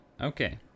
Okay